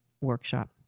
workshop